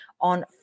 on